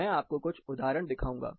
मैं आपको कुछ उदाहरण दिखाऊंगा